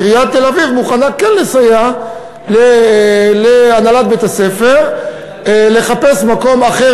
עיריית תל-אביב מוכנה לסייע להנהלת בית-הספר לחפש מקום אחר,